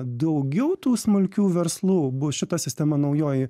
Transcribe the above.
daugiau tų smulkių verslų bus šita sistema naujoji